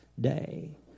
day